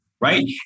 Right